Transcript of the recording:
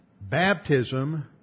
baptism